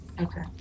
Okay